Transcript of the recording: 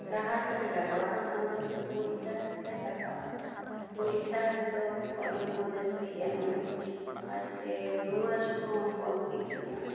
ᱥᱟᱦᱟᱨ ᱠᱚᱞᱮ ᱞᱟᱜᱟᱣᱟ ᱚᱱᱟᱫᱚ ᱜᱩᱨᱤᱡ ᱥᱟᱦᱟᱨᱜᱮ ᱞᱮ ᱞᱟᱜᱟᱣᱟ ᱜᱩᱨᱤᱡ ᱥᱟᱦᱟᱨ ᱨᱮᱫᱚ ᱯᱷᱚᱞᱚᱱᱦᱚᱸ ᱡᱟᱹᱥᱛᱤᱭ ᱮᱢᱟ ᱟᱨ ᱥᱮ ᱨᱩᱣᱟᱹ ᱦᱟᱹᱥᱩ ᱠᱚᱦᱚᱸ ᱠᱚᱢᱜᱮ ᱦᱩᱭᱩᱜᱼᱟ